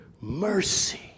mercy